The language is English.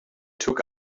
took